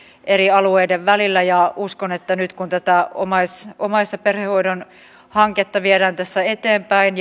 eri alueiden välillä uskon että nyt kun tätä omais omais ja perhehoidon hanketta viedään tässä eteenpäin